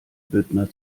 büttner